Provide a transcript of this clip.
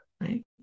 right